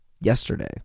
yesterday